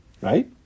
right